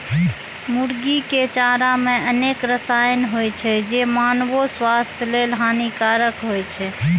मुर्गीक चारा मे अनेक रसायन होइ छै, जे मानवो स्वास्थ्य लेल हानिकारक होइ छै